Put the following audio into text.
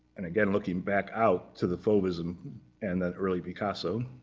and again, looking back out to the fauvism and that early picasso,